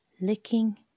licking